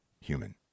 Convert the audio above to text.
human